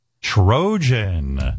Trojan